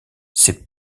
c’est